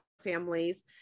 families